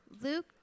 Luke